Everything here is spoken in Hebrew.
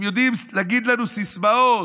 הם יודעים להגיד לנו סיסמאות